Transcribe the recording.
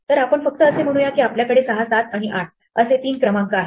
तर आपण फक्त असे म्हणूया की आपल्याकडे 6 7 आणि 8 असे तीन क्रमांक आहेत